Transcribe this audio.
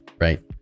right